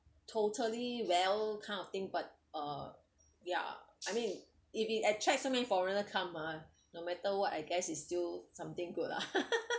totally well kind of thing but uh yeah I mean if it attract so many foreigner come ah no matter what I guess is still something good lah